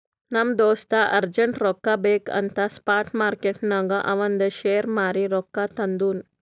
ನಮ್ ದೋಸ್ತ ಅರ್ಜೆಂಟ್ ರೊಕ್ಕಾ ಬೇಕ್ ಅಂತ್ ಸ್ಪಾಟ್ ಮಾರ್ಕೆಟ್ನಾಗ್ ಅವಂದ್ ಶೇರ್ ಮಾರೀ ರೊಕ್ಕಾ ತಂದುನ್